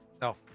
No